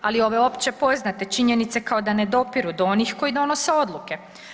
Ali ove opće poznate činjenica kao da ne dopiru do onih koji donose odluke.